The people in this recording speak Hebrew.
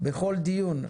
בכל דיון,